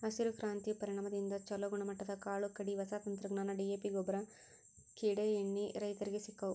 ಹಸಿರು ಕ್ರಾಂತಿಯ ಪರಿಣಾಮದಿಂದ ಚುಲೋ ಗುಣಮಟ್ಟದ ಕಾಳು ಕಡಿ, ಹೊಸ ತಂತ್ರಜ್ಞಾನ, ಡಿ.ಎ.ಪಿಗೊಬ್ಬರ, ಕೇಡೇಎಣ್ಣಿ ರೈತರಿಗೆ ಸಿಕ್ಕವು